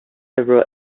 several